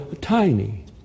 tiny